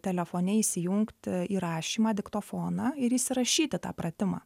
telefone įsijungt įrašymą diktofoną ir įsirašyti tą pratimą